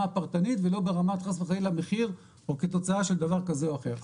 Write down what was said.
הפרטנית ולא ברמת חס וחלילה מחיר או תוצאה של דבר כזה או אחר.